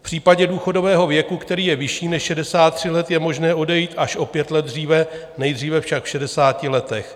V případě důchodového věku, který je vyšší než 63 let, je možné odejít až o pět let dříve, nejdříve však v 60 letech.